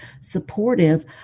supportive